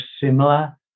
similar